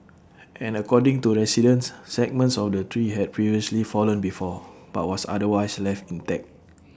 and according to residents segments of the tree had previously fallen before but was otherwise left intact